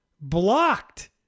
blocked